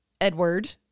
Edward